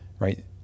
right